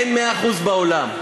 אין מאה אחוז בעולם.